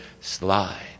slide